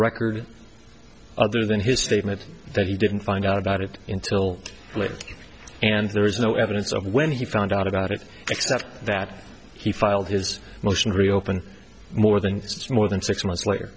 record other than his statement that he didn't find out about it until later and there is no evidence of when he found out about it except that he filed his motion to reopen more than more than six months later